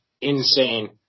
insane